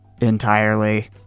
entirely